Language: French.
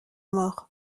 mort